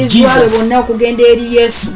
Jesus